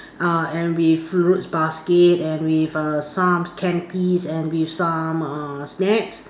uh and with fruits basket and with err some canapes and with some err snacks